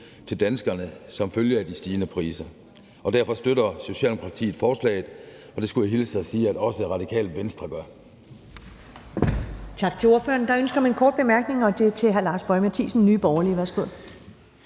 til danskerne som følge af de stigende priser. Derfor støtter Socialdemokratiet forslaget, og det skulle jeg hilse og sige at også Radikale Venstre gør.